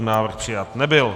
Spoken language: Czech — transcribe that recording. Návrh přijat nebyl.